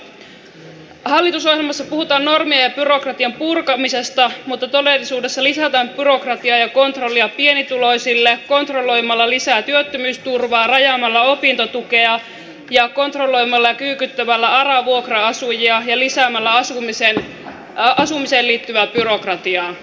hallitusohjelmassa puhutaan normien ja byrokratian purkamisesta mutta todellisuudessa lisätään byrokratiaa ja kontrollia pienituloisille kontrolloimalla lisää työttömyysturvaa rajaamalla opintotukea ja kontrolloimalla ja kyykyttämällä ara vuokra asujia ja lisäämällä asumiseen liittyvää byrokratiaa